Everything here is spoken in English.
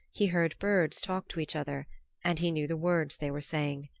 he heard birds talk to each other and he knew the words they were saying.